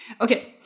Okay